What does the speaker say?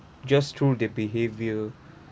just through the behavior